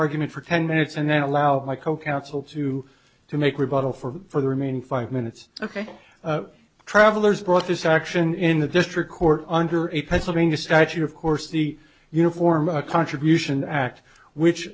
argument for ten minutes and then allow my co counsel to to make rebuttal for the remaining five minutes ok travelers brought this action in the district court under a pennsylvania statute of course the uniform a contribution act which